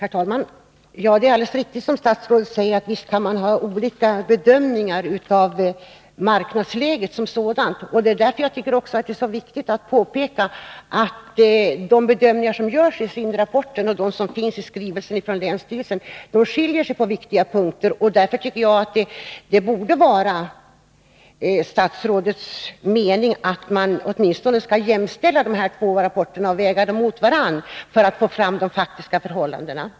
Herr talman! Det är alldeles riktigt som statsrådet säger att man kan ha olika bedömningar av marknadsläget som sådant. Det är därför som jag också tycker att det är så viktigt att påpeka att de bedömningar som görs i SIND-rapporten och de som finns i skrivelsen från länsstyrelsen skiljer sig på viktiga punkter. Jag tycker därför att det borde vara statsrådets mening att åtminstone jämställa dessa två rapporter och väga dem mot varandra för att få fram de faktiska förhållandena.